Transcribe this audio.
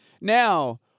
Now